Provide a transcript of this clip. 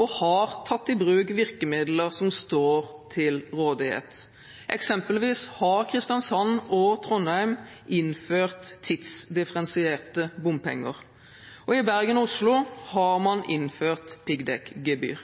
og har tatt i bruk virkemidler som står til rådighet. Eksempelvis har Kristiansand og Trondheim innført tidsdifferensierte bompenger. I Bergen og Oslo har man innført piggdekkgebyr.